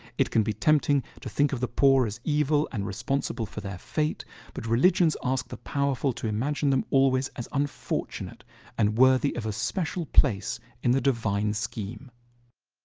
it can be tempting to think of the poor as evil and responsible for their fate but religions ask the powerful to imagine them always as unfortunate and worthy of a special place in the divine scheme.